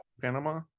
Panama